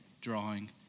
drawing